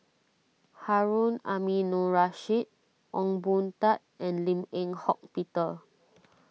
Harun Aminurrashid Ong Boon Tat and Lim Eng Hock Peter